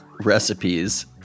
recipes